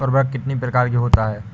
उर्वरक कितनी प्रकार के होता हैं?